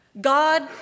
God